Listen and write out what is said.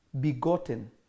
begotten